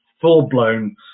full-blown